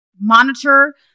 monitor